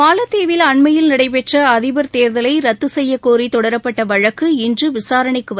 மாலத்தீவில் அண்மையில் நடைபெற்ற அதிபர் தேர்தலை ரத்து செய்யக்கோரி தொடரப்பட்ட வழக்கு இன்று விசாரணைக்கு வந்தது